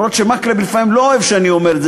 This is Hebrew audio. גם אם חבר הכנסת מקלב לפעמים לא אוהב שאני אומר את זה,